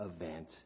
event